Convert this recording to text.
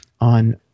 on